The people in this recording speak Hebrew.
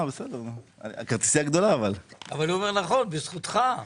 הוא אומר נכון, בזכותך.